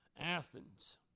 Athens